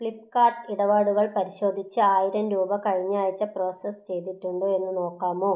ഫ്ലിപ്പ്കാർട്ട് ഇടപാടുകൾ പരിശോധിച്ച് ആയിരം രൂപ കഴിഞ്ഞ ആഴ്ച പ്രോസസ്സ് ചെയ്തിട്ടുണ്ടോ എന്ന് നോക്കാമോ